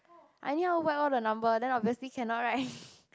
I anyhow whack all the number so obviously cannot right